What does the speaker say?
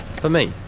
for me.